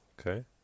okay